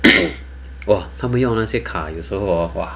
!wah! 他们用的那些卡有时候 hor !wah!